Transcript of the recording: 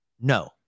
no